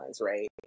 Right